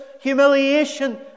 humiliation